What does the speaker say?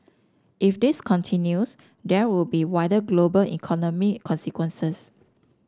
if this continues there could be wider global economic consequences